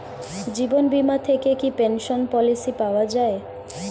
জীবন বীমা থেকে কি পেনশন পলিসি পাওয়া যায়?